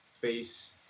face